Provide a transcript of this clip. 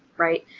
right?